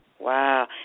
Wow